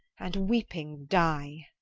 and weeping die.